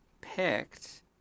picked